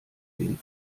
den